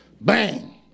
Bang